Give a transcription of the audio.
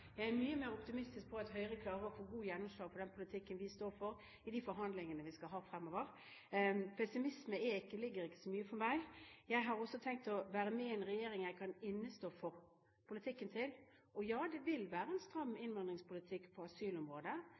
Jeg er mye mer optimistisk til at Høyre klarer å få godt gjennomslag for den politikken vi står for, i de forhandlingene vi skal ha fremover. Pessimisme ligger ikke så mye for meg. Jeg har også tenkt å være med i en regjering jeg kan innestå for politikken til. Og ja, det vil være en stram innvandringspolitikk på asylområdet,